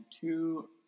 two